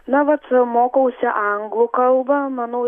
na vat mokausi anglų kalbą manau